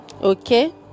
okay